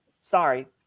Sorry